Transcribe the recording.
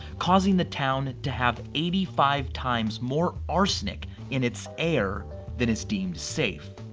causing the town to have eighty five times more arsenic in its air than is deemed safe.